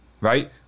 right